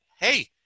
hey